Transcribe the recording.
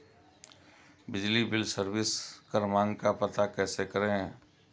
बिजली bill service क्रमांक का पता कैसे करें?